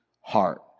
heart